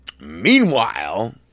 meanwhile